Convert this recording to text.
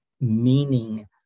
meaning